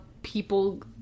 people